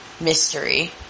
mystery